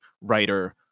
writer